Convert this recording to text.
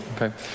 Okay